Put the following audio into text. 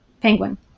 penguin